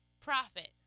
profit